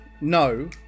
no